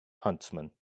huntsman